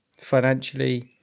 financially